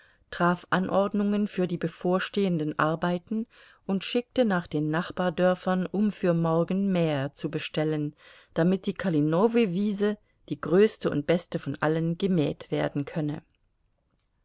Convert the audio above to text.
traf anordnungen für die bevorstehenden arbeiten und schickte nach den nachbardörfern um für morgen mäher zu bestellen damit die kalinowü wiese die größte und beste von allen gemäht werden könne